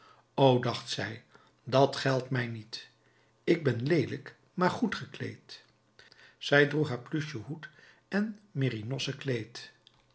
o dacht zij dat geldt mij niet ik ben leelijk maar goed gekleed zij droeg toen haar pluchen hoed en merinossen kleed